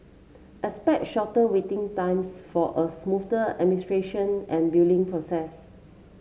expect shorter waiting times for a smoother administration and billing process